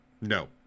No